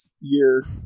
year